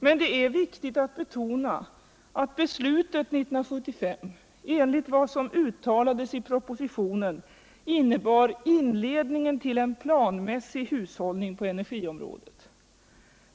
Men det är viktigt att betona att beslutet, enligt vad som uttalades i propositionen, innebar ”inledningen till en planmässig hushållning på energiområdet”.